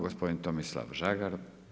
Gospodin Tomislav Žagar.